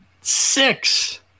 Six